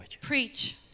Preach